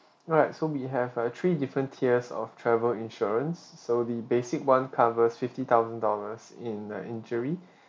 alright so we have uh three different tiers of travel insurance so the basic one covers fifty thousand dollars in uh injury